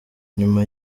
nyuma